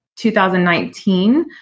2019